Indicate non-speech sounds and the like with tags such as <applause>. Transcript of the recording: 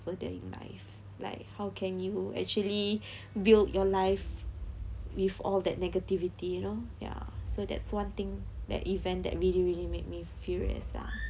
further in life like how can you actually <breath> build your life with all that negativity you know ya so that's one thing that event that really really made me furious lah